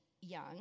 Young